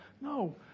No